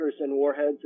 warheads